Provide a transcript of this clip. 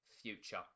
future